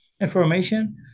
information